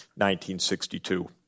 1962